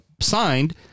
signed